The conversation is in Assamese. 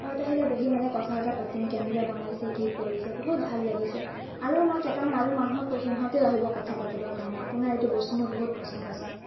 ঘৰত আহিলে বহি মানে কথা চথা পাতিম কেনেকৈ বনাইছে কি কৰিছে বহুত ভাল লাগিছে আৰু মই কেইটামান আৰু মানুহক কৈছোঁ ইহঁতেও আহিব কথা পাতিবৰ কাৰণে আপোনাৰ এইটো বস্তু মোৰ বহুত পচন্দ হৈছে